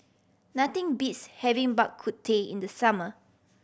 nothing beats having Bak Kut Teh in the summer